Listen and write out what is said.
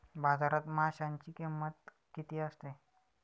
बाजारात माशांची किंमत किती असते?